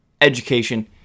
education